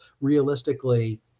realistically